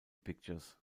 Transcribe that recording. pictures